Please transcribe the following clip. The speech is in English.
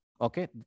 okay